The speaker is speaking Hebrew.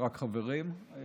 רק חברים היום,